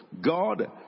God